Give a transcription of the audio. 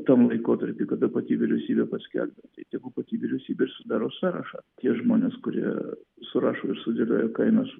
tam laikotarpy kada pati vyriausybė paskelbė tai tegu pati vyriausybėir sudaro sąrašą tie žmonės kurie surašo ie sudėlioja kainas